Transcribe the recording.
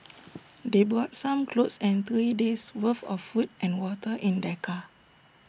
they brought some clothes and three days' worth of food and water in their car